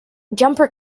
jumper